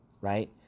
right